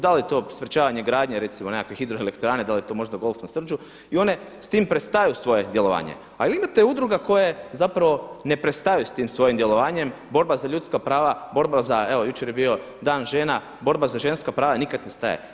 Da li je to sprečavanje gradnje recimo nekakve hidroelektrane, da li je to možda golf na Srđu i one s tim prestaju svoje djelovanje, ali imate udruga koje ne prestaju svojim djelovanjem, borba za ljudska prava, borba za evo jučer je bio Dan žena, borba za ženska prava nikad ne staje.